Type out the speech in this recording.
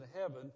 heaven